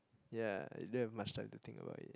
ya you don't have much time to think about it